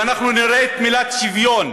ואנחנו נראה את המילה "שוויון",